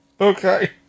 Okay